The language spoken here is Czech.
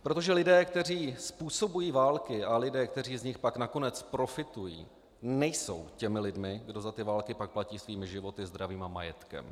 Protože lidé, kteří způsobují války, a lidé, kteří z nich pak nakonec profitují, nejsou těmi lidmi, kdo za ty války pak platí svými životy, zdraví a majetkem.